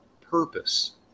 Purpose